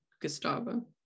Gustavo